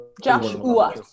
Joshua